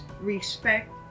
respect